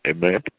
Amen